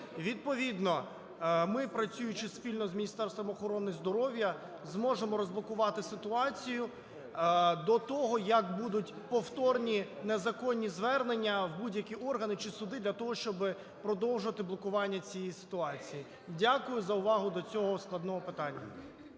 Відповідно ми, працюючи спільно з Міністерством охорони здоров'я, зможемо розблокувати ситуацію до того, як будуть повторні незаконні звернення в будь-які органи чи суди для того, щоби продовжити блокування цієї ситуації. Дякую за увагу до цього складного питання.